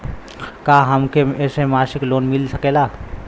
का हमके ऐसे मासिक लोन मिल सकेला?